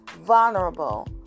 vulnerable